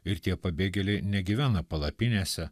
ir tie pabėgėliai negyvena palapinėse